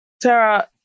Tara